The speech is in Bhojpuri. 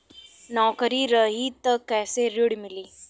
नौकरी रही त कैसे ऋण मिली?